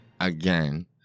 again